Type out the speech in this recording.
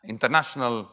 International